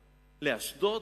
לאשדוד?